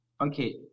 Okay